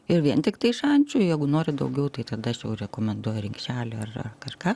ir vien tiktai šančių jeigu nori daugiau tai tada sau rekomenduoju rimšelį ar kažką